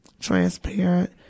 transparent